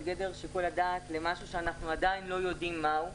גדר שיקול הדעת למשהו שאנחנו עדיין לא יודעים מהו.